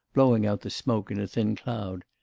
blowing out the smoke in a thin cloud,